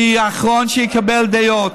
אני האחרון שאקבל דעות.